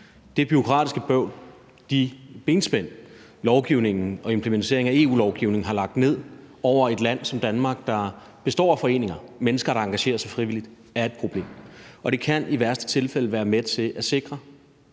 Det bureaukratiske bøvl og de benspænd, som lovgivningen og implementeringen af EU-lovgivningen har lagt ned over et land som Danmark, der består af foreninger og mennesker, der engagerer sig frivilligt, er et problem, og det kan i værste tilfælde være med til at sikre